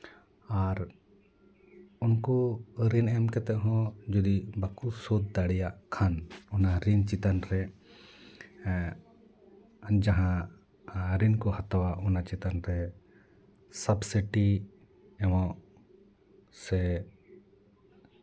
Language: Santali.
ᱟᱨ ᱩᱱᱠᱩ ᱨᱤᱱ ᱮᱢ ᱠᱟᱛᱮᱫ ᱦᱚᱸ ᱡᱩᱫᱤ ᱵᱟᱠᱚ ᱥᱳᱫᱷ ᱫᱟᱲᱮᱭᱟᱜ ᱠᱷᱟᱱ ᱚᱱᱟ ᱨᱤᱱ ᱪᱮᱛᱟᱱ ᱨᱮ ᱡᱟᱦᱟᱸ ᱨᱤᱱ ᱠᱚ ᱦᱟᱛᱟᱣᱟ ᱚᱱᱟ ᱪᱮᱛᱟᱱ ᱨᱮ ᱥᱟᱵᱽᱥᱤᱴᱤ ᱮᱢᱚᱜ ᱥᱮ